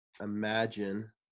imagine